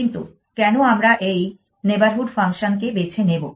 কিন্তু কেন আমরা এই নেইবারহুড ফাংশনকে বেছে নেব